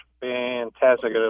fantastic